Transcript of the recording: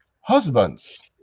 husbands